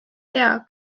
tea